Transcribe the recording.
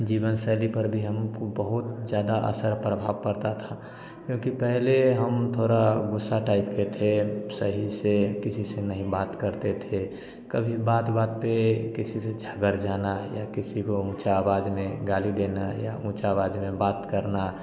जीवन शैली पर भी हमको बहुत ज्यादा असर प्रभाव पड़ता था क्योंकि पहले हम थोड़ा गुस्सा टाइप के थे सही से किसी से नहीं बात करते थे कभी बात बात पे किसी से झगड़ जाना है या किसी को ऊंचा आवाज में गाली देना या ऊंचा आवाज में बात करना